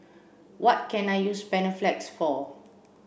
what can I use Panaflex for